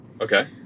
Okay